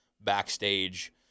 backstage